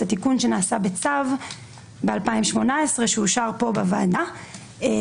התיקון שנעשה בצו ב-2018 ואושר פה בוועדה.